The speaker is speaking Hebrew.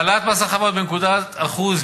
העלאת מס החברות בנקודת אחוז,